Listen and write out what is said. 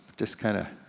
just kinda,